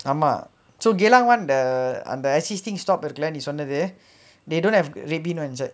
ஆமா:aamaa so geylang [one] அந்த:antha existing stop இருக்குல நீ சொன்னது:irukkula nee sonnathu they don't have read beans [one] inside